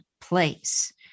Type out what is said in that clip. place